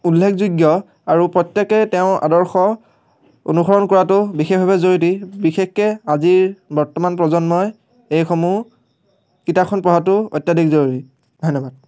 উল্লেখযোগ্য আৰু প্ৰত্যেকেই তেওঁৰ আদৰ্শ অনুসৰণ কৰাতো বিশেষভাৱে জৰুৰী বিশেষকৈ আজিৰ বৰ্তমান প্ৰজন্মই এইসমূহ কিতাপখন পঢ়াটো অত্যাধিক জৰুৰী ধন্যবাদ